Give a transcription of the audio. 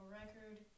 record